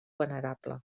venerable